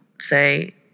say